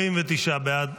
49 בעד,